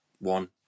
one